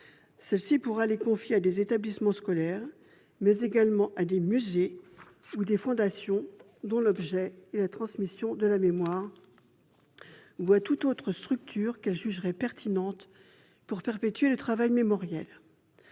Celle-ci pourra les confier à des établissements scolaires, mais également à des musées ou à des fondations dont l'objet est la transmission de la mémoire, ou à toute autre structure qu'elle jugerait apte à perpétuer le travail mémoriel.